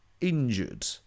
injured